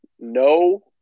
No